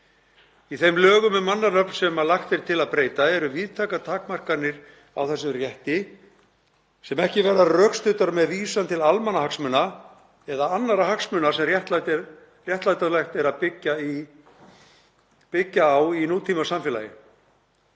Í þeim lögum um mannanöfn sem lagt er til að breyta eru víðtækar takmarkanir á þessum rétti sem ekki verða rökstuddar með vísan til almannahagsmuna eða annarra hagsmuna sem réttlætanlegt er að byggja á í nútímasamfélagi.